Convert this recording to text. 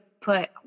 put